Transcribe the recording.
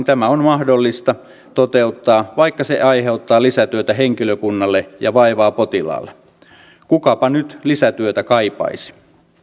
tämä on mahdollista toteuttaa vaikka se aiheuttaa lisätyötä henkilökunnalle ja vaivaa potilaalle kukapa nyt lisätyötä kaipaisi